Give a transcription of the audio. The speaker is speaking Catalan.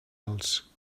els